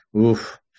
Oof